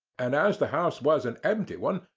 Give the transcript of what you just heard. and as the house was an empty one,